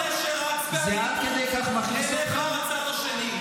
חנוך, לא אני זה שרץ בטירוף אל עבר הצד השני.